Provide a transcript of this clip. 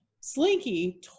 Slinky